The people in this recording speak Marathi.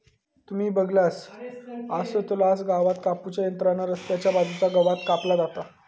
तुम्ही बगलासच आसतलास गवात कापू च्या यंत्रान रस्त्याच्या बाजूचा गवात कापला जाता